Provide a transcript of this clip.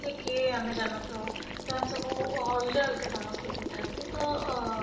ସେ କିଏ ଆମେ ଜାଣି ନଥାଉ ସେମାନେ ସବୁ ଅଲ୍ଗା ଅଲ୍ଗା ସମସ୍ତେ ହିଁ ଥାଆନ୍ତି ତ ଓ